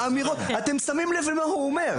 אתם שמים לב מה הוא אומר?